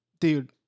dude